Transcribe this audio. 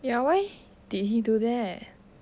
ya why did he do that